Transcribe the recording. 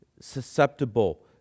susceptible